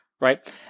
right